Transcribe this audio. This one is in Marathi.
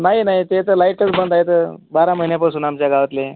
नाही नाही ते तर लाईटच बंद आहेत तर बारा महिन्यापासून आमच्या गावातले